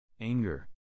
Anger